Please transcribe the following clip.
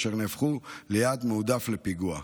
אשר נהפכו ליעד מועדף לפיגוע.